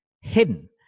hidden